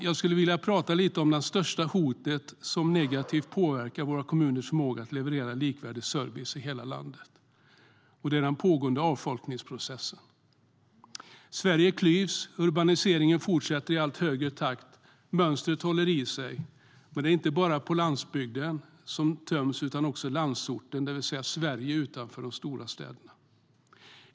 Jag skulle vilja tala lite om det största hotet som negativt påverkar våra kommuners förmåga att leverera likvärdig service i hela landet. Det är den pågående avfolkningsprocessen. Sverige klyvs. Urbaniseringen fortsätter i allt högre takt. Mönstret håller i sig. Men det är inte bara landsbygden som töms utan också landsorten, det vill säga Sverige utanför de stora städerna.